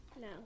No